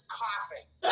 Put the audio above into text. coughing